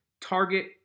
target